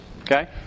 Okay